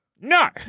no